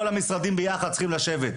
כל המשרדים יחד צריכים לשבת,